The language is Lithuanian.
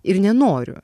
ir nenoriu